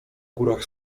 górach